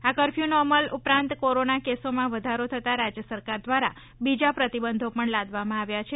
આ કર્ફ્યુનો અમલ ઉપરાંત કોરોના કેસોમાં વધારો થતાં રાજ્ય સરકાર દ્વારા બીજા પ્રતિબંધો પણ લાદવામાં આવ્યા છે